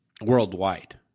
worldwide